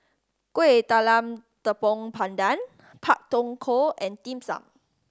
Kueh Talam Tepong Pandan Pak Thong Ko and Dim Sum